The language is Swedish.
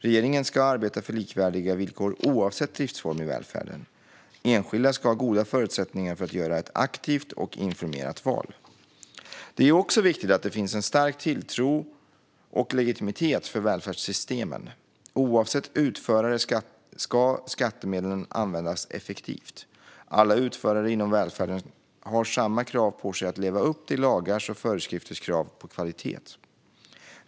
Regeringen ska arbeta för likvärdiga villkor oavsett driftsform i välfärden. Enskilda ska ha goda förutsättningar för att göra ett aktivt och informerat val. Det är också viktigt att det finns en stark tilltro till och legitimitet för välfärdssystemen. Oavsett utförare ska skattemedlen användas effektivt. Alla utförare inom välfärden har samma krav på sig att leva upp till lagars och föreskrifters krav på kvalitet.